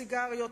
הסיגריות,